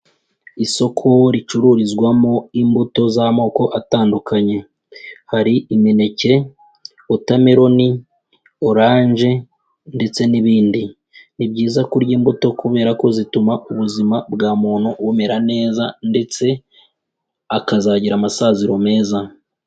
Isoko ricururizwamo imbuto z'amoko atandukanye. Hari imineke, watermelon, oranje ndetse n'ibindi. Ni byiza kurya imbuto kubera ko zituma ubuzima bwa muntu bumera neza ndetse akazagira amasaziro meza.